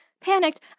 Panicked